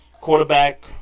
Quarterback